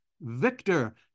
Victor